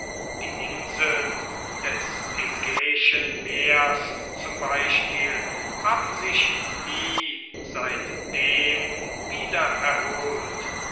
die inseln des ägäischen meers zum beispiel haben sich nie seitdem wieder erholt